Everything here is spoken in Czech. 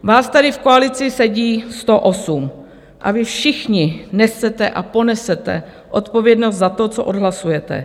Vás tady v koalici sedí 108 a vy všichni nesete a ponesete odpovědnost za to, co odhlasujete.